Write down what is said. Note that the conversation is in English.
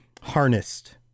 harnessed